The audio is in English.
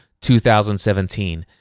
2017